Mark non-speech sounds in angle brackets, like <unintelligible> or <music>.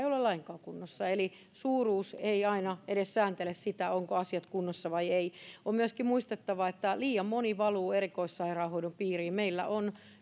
<unintelligible> ole lainkaan kunnossa eli suuruus ei aina edes sääntele sitä ovatko asiat kunnossa vai eivät on myöskin muistettava että liian moni valuu erikoissairaanhoidon piiriin meillä on